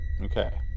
Okay